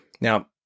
Now